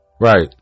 right